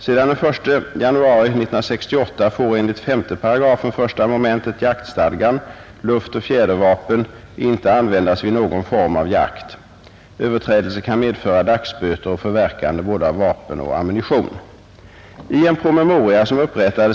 Sedan den 1 januari 1968 får enligt 5 § 1 mom. jaktstadgan luftoch fjädervapen inte användas vid någon form av jakt. Överträdelse kan medföra dagsböter och förverkande både av vapen och ammunition.